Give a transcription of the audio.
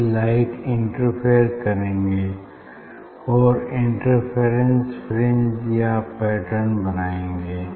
ये light interfere करेंगे और इंटरफेरेंस फ्रिंज या पैटर्न बनाएँगे